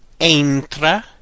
entra